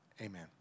Amen